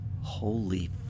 holy